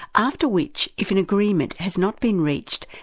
after which, if an agreement has not been reached,